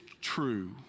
true